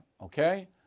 okay